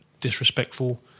disrespectful